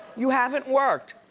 you haven't worked.